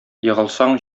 егылсаң